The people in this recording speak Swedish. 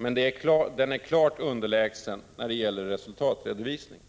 Men den är klart underlägsen när det gäller resultatredovisning.”